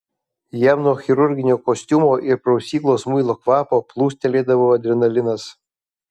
jam nuo chirurginio kostiumo ir prausyklos muilo kvapo plūstelėdavo adrenalinas